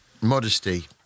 modesty